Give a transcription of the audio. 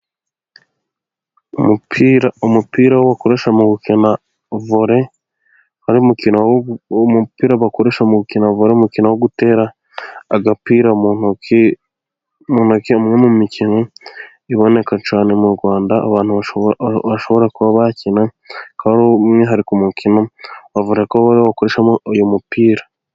Umupira wo bakoresha mu gukina vore, umukino wo gutera agapira mu ntoki, umwe mu mikino iboneka cyane mu Rwanda, abantu bashobora kuba bakina, hakabaho umwihariko umukino wa vore bakoreshamo uyu mupira.